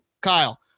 Kyle